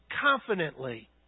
confidently